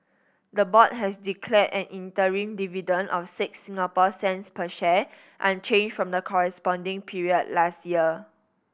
the board has declared an interim dividend of six Singapore cents per share unchanged from the corresponding period last year